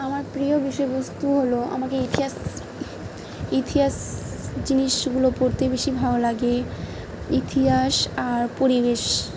আমার প্রিয় বিষয়বস্তু হলো আমাকে ইতিহাস ইতিহাস জিনিসগুলো পড়তে বেশি ভালো লাগে ইতিহাস আর পরিবেশ